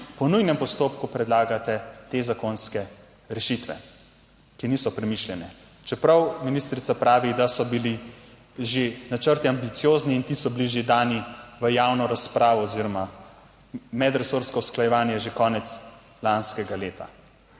po nujnem postopku predlagate te zakonske rešitve, ki niso premišljen, čeprav ministrica pravi, da so bili že načrti ambiciozni in ti so bili že dani v javno razpravo oziroma medresorsko usklajevanje že konec lanskega leta.